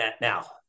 now